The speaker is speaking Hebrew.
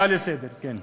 הצעה לסדר-היום, כן.